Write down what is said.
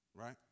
right